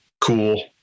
cool